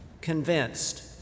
Convinced